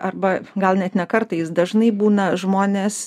arba gal net ne kartais jis dažnai būna žmonės